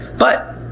but,